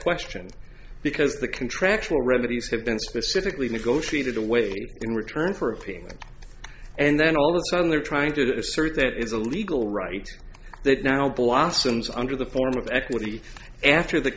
question because the contractual remedies have been specifically negotiated away in return for a premium and then all of a sudden they're trying to assert that it's a legal right that now blossoms under the form of equity after the